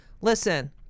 listen